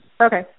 Okay